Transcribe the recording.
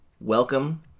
welcome